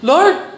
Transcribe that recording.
Lord